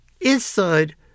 inside